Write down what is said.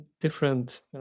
different